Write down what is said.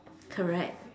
correct